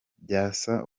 byasaba